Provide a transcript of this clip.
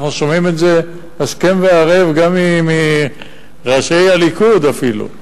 אנחנו שומעים את זה השכם והערב גם מראשי הליכוד אפילו.